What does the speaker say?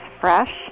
fresh